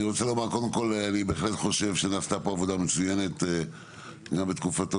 אני בהחלט חושב שנעשתה פה עבודה מצוינת גם בתקופתו